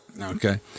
okay